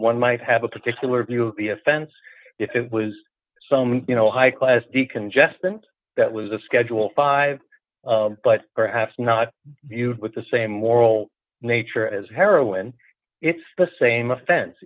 one might have a particular view of the offense if it was some you know high class decongestant that was a schedule five but perhaps not you with the same moral nature as heroin it's the same offense